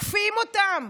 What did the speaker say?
תוקפים אותם